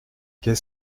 qu’est